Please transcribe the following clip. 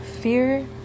fear